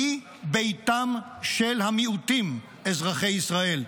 היא ביתם של המיעוטים אזרחי ישראל.